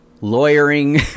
lawyering